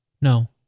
no